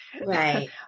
right